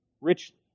richly